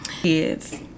kids